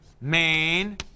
main